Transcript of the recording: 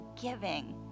giving